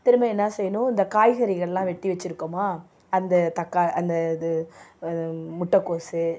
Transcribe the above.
திரும்ப என்ன செய்யணும் இந்த காய்கறிகள்லாம் வெட்டி வச்சுருக்கோமா அந்த தக்காளி அந்த இது முட்டைகோஸு